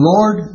Lord